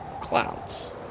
clouds